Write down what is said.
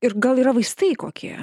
ir gal yra vaistai kokie